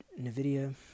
nvidia